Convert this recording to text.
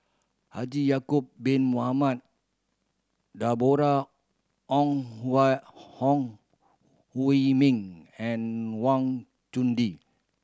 Haji Ya'acob Bin Mohamed Deborah Ong Hui Min and Wang Chunde